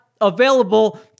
available